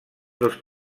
dos